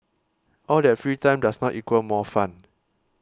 all that free time does not equal more fun